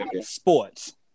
sports